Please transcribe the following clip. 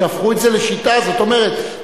זאת אומרת,